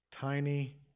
tiny